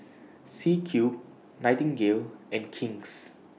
C Cube Nightingale and King's